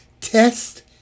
test